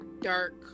dark